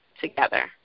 together